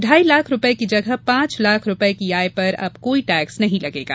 ढाई लाख रूपये की जगह पांच लाख रूपये की आय पर अब कोई टेक्स नहीं लगेगा